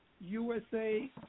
USA